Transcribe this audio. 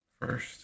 First